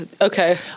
okay